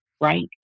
right